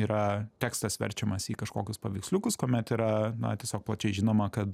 yra tekstas verčiamas į kažkokius paveiksliukus kuomet yra na tiesiog plačiai žinoma kad